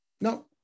No